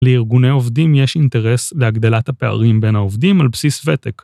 לארגוני עובדים יש אינטרס להגדלת הפערים בין העובדים על בסיס ותק.